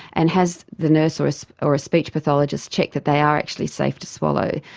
and has the nurse or so or a speech pathologist checked that they are actually safe to swallow.